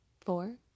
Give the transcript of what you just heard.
Four-